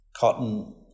Cotton